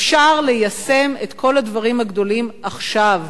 אפשר ליישם את כל הדברים הגדולים עכשיו.